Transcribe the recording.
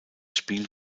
spiel